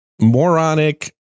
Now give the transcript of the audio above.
moronic